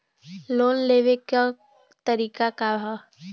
Loan के लेवे क तरीका का ह?